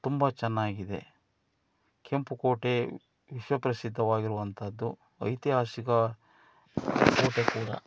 ತುಂಬ ಚೆನ್ನಾಗಿದೆ ಕೆಂಪುಕೋಟೆ ವಿಶ್ವಪ್ರಸಿದ್ಧವಾಗಿರುವಂಥದ್ದು ಐತಿಹಾಸಿಕ ಕೋಟೆ ಕೂಡ